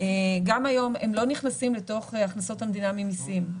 גם היום הם לא נכנסים לתוך הכנסות המדינה ממיסים,